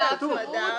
זה כתוב.